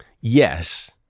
yes